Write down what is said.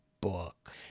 book